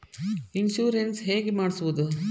Insurance ಹೇಗೆ ಮಾಡಿಸುವುದು?